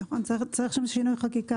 צריך שינוי חקיקה.